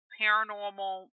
paranormal